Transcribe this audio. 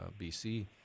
BC